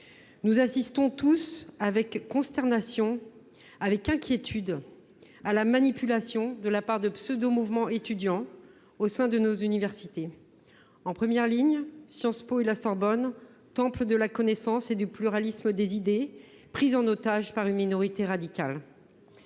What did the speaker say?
Nous assistons avec consternation et inquiétude à des opérations de manipulation de la part de pseudo mouvements étudiants au sein de nos universités. En première ligne, Sciences Po et la Sorbonne, temples de la connaissance et du pluralisme des idées,… Ça, c’est fini !… sont prises en otage par une minorité radicale.